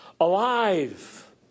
alive